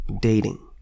dating